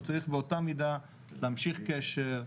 הוא צריך באותה מידה להמשיך קשר.